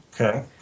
Okay